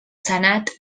senat